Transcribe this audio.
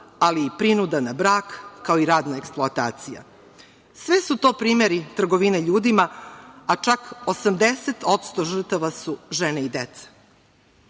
ali i prinuda na brak, kao i radna eksploatacija. Sve su to primeri trgovine ljudima, a čak 80% žrtava su žene i